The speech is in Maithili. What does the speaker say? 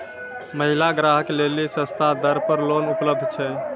महिला ग्राहक लेली सस्ता दर पर लोन उपलब्ध छै?